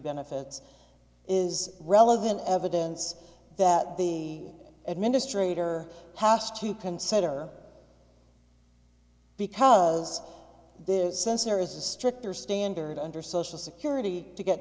benefits is relevant evidence that the administrator has to consider because there's a sense there is a stricter standard under social security to get